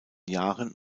jahren